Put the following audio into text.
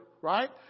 right